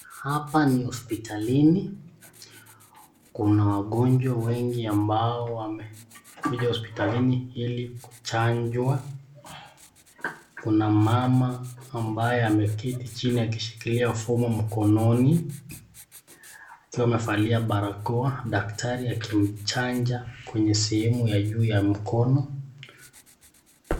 Hapa ni hospitalini kuna wagonjwa wengi ambao wamekuja hospitalini ili kuchanjwa . Kuna mama ambaye ameketi chini akishiklia fomu mkononi akiwa amevalia barakoa, daktari akimchanja kwenye sehemu ya juu ya mkono.